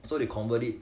so they convert it